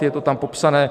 Je to tam popsané.